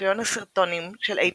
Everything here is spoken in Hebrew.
ארכיון הסרטונים של AP